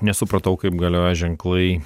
nesupratau kaip galioja ženklai